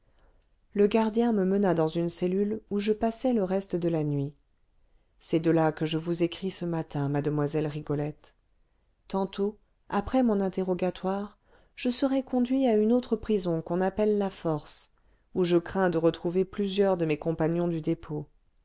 le gardien me mena dans une cellule où je passai le reste de la nuit c'est de là que je vous écris ce matin mademoiselle rigolette tantôt après mon interrogatoire je serai conduit à une autre prison qu'on appelle la force où je crains de retrouver plusieurs de mes compagnons du dépôt